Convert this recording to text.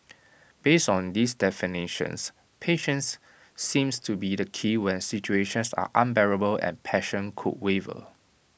based on these definitions patience seems to be key when situations are unbearable and passion could waver